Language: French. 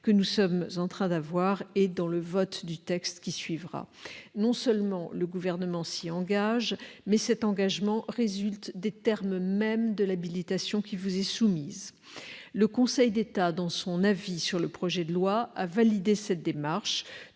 que le Parlement sera amené à faire lors du vote du texte. Non seulement le Gouvernement s'y engage, mais cet engagement résulte des termes mêmes de l'habilitation qui vous est soumise. Le Conseil d'État, dans son avis sur le projet de loi, a validé cette démarche,